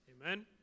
Amen